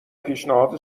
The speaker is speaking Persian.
پیشنهاد